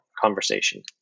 conversation